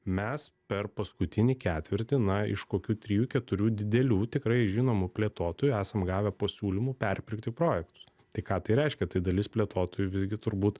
mes per paskutinį ketvirtį na iš kokių trijų keturių didelių tikrai žinomų plėtotojų esam gavę pasiūlymų perpirkti projektus tai ką tai reiškia tai dalis plėtotojų visgi turbūt